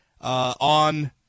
on